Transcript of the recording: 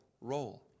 role